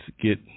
get